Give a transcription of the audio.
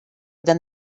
than